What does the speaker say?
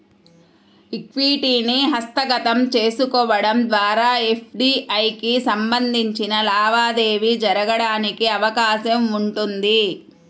ఈక్విటీని హస్తగతం చేసుకోవడం ద్వారా ఎఫ్డీఐకి సంబంధించిన లావాదేవీ జరగడానికి అవకాశం ఉంటుంది